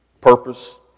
purpose